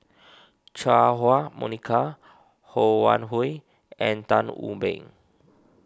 Chua Huwa Monica Ho Wan Hui and Tan Wu Meng